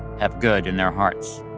have good in their hearts.